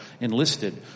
enlisted